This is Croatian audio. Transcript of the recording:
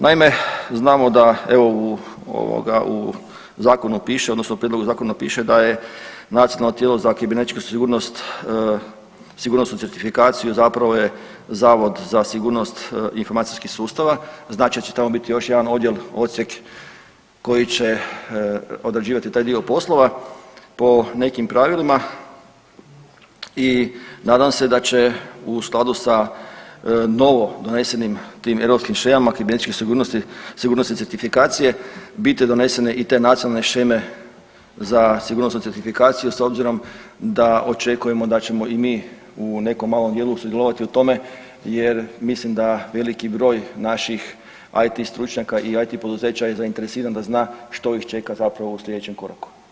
Naime, znamo da EU u zakonu piše odnosno u prijedlogu zakona piše da je nacionalno tijelo za kibernetičku sigurnost, sigurnosnu certifikaciju zapravo je Zavod za sigurnost informacijskih sustava, znači da će tamo biti još jedan odjel, odsjek koji će odrađivati taj dio poslova po nekim pravilima i nadam se da će u skladu sa novo donesenim tim europskim shemama kibernetičke sigurnosti, sigurnosne certifikacije biti donesene i te nacionalne sheme za sigurnosnu certifikaciju s obzirom da očekujemo da ćemo i mi u nekom malom dijelu sudjelovati u tome jer mislim da veliki broj naših IT stručnjaka i IT poduzeća je zainteresiran da zna što ih čeka zapravo u slijedećem koraku.